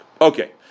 Okay